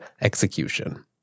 execution